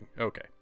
Okay